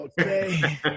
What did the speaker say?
Okay